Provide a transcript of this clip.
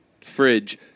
fridge